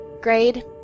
Grade